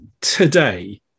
today